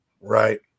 right